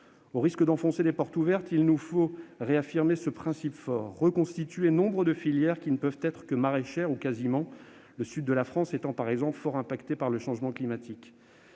Au risque d'enfoncer des portes ouvertes, il nous faut réaffirmer un principe fort : reconstituer nombre de filières qui ne peuvent être que maraîchères, ou presque, le sud de la France étant, par exemple, fort touché par le changement climatique.